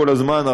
כל הזמן,